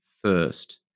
first